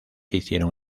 hicieron